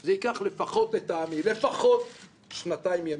זה ייקח, לטעמי, לפחות שנתיים ימים.